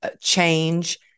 change